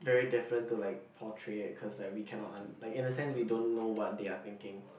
very different to like portray it cause we cannot un~ like in a sense we don't know what they are thinking